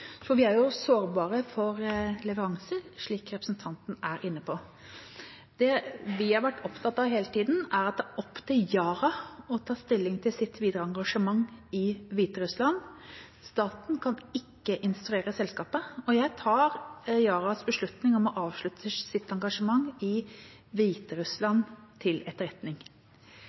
For vi er sårbare for leveranser, slik representanten er inne på. Det vi har vært opptatt av hele tiden, er at det er opp til Yara å ta stilling til sitt videre engasjement i Hviterussland. Staten kan ikke instruere selskapet, og jeg tar Yaras beslutning om å avslutte sitt engasjement i Hviterussland til etterretning.